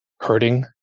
hurting